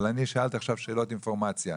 אבל אני שאלתי עכשיו שאלות אינפורמציה,